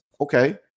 okay